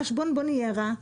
ממש בונבוניירה.